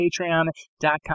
patreon.com